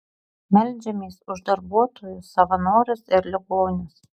meldžiamės už darbuotojus savanorius ir ligonius